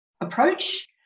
approach